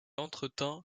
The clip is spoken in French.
entretint